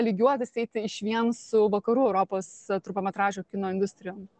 lygiuotis eiti išvien su vakarų europos trumpametražio kino industrijom